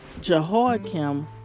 Jehoiakim